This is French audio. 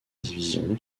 division